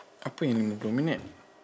apa yang lima puluh minit